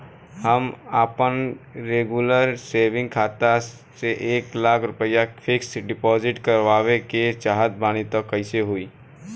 हम आपन regular saving खाता से एक लाख रुपया फिक्स डिपॉज़िट करवावे के चाहत बानी त कैसे होई?